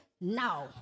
now